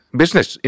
business